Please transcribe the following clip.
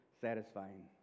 satisfying